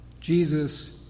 Jesus